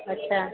अच्छा